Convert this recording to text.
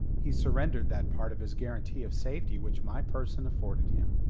he surrendered that part of his guarantee of safety which my person afforded him.